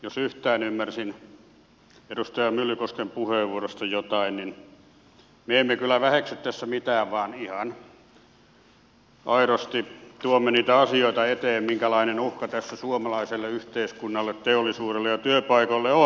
jos yhtään ymmärsin edustaja myllykosken puheenvuorosta jotain niin me emme kyllä väheksy tässä mitään vaan ihan aidosti tuomme niitä asioita eteen minkälainen uhka tässä suomalaiselle yhteiskunnalle teollisuudelle ja työpaikoille on